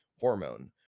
hormone